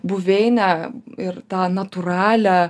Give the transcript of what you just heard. buveinę ir tą natūralią